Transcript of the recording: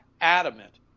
adamant